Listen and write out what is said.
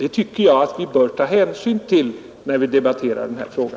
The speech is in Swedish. Det bör vi ta hänsyn till när vi debatterar denna fråga.